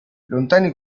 lontani